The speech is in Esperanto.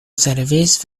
servis